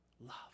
love